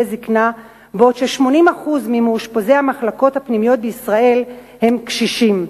זיקנה בעוד ש-80% ממאושפזי המחלקות הפנימיות בישראל הם קשישים.